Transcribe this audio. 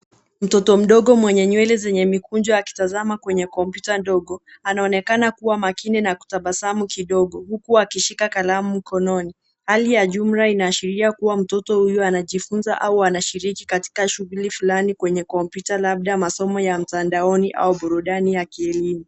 Mtoto mdogo mwenye nywele zenye mikunjo akitazama kwenye kompyuta ndogo. Anaonekana kuwa makini na kutabasamu kidogo uku akishika kalamu mkononi. Hali ya jumla inaashiria kuwa mtoto huyu anajifuza au anashiriki katika shughuli fulani kwenye kompyuta labda masomo ya mtandaoni au burudani ya kielimu.